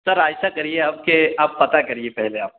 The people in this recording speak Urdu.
سر ایسا کریے آپ کہ آپ پتا کریے پہلے آپ